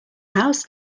house